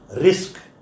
risk